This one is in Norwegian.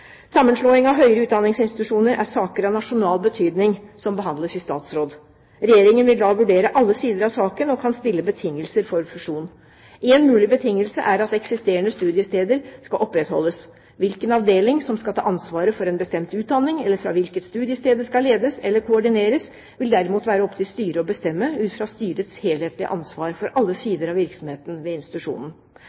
Sammenslåing av høyere utdanningsinstitusjoner er saker av nasjonal betydning som behandles i statsråd. Regjeringen vil da vurdere alle sider av saken og kan stille betingelser for fusjonen. Én mulig betingelse er at eksisterende studiesteder skal opprettholdes. Hvilken avdeling som skal ta ansvaret for en bestemt utdanning, eller fra hvilket studiested den skal ledes eller koordineres, vil derimot være opp til styret å bestemme ut fra styrets helhetlige ansvar for alle sider av virksomheten ved institusjonen.